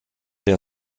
der